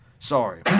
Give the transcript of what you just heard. Sorry